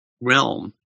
realm